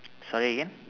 sorry again